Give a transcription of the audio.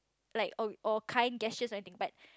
like or or kind gestures or anything but